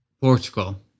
Portugal